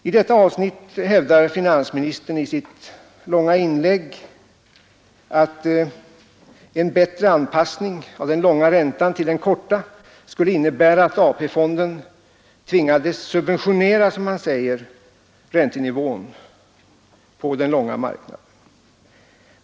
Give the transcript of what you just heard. I detta avsnitt hävdade finansministern i sitt inlägg att en bättre anpassning av den långa räntan till den korta skulle innebära att AP-fonden, som han sade, tvingades subventionera räntenivån på den långa marknaden.